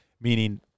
meaning